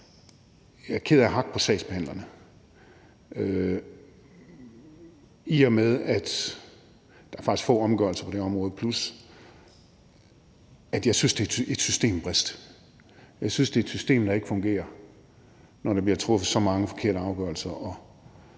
Jeg er ked af at hakke på sagsbehandlerne, i og med at der faktisk er få omgørelser på det her område og at jeg synes, det er et systembrist. Jeg synes, det er et system, der ikke fungerer, når der bliver truffet så mange forkerte afgørelser.